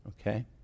Okay